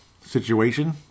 situation